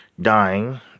dying